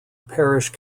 parish